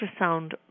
ultrasound